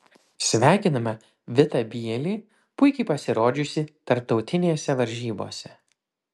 sveikiname vitą bielį puikiai pasirodžiusį tarptautinėse varžybose